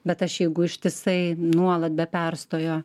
bet aš jeigu ištisai nuolat be perstojo